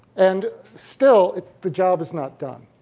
and still, the job is not done.